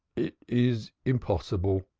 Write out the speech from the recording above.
it is impossible.